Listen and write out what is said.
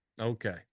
Okay